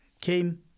came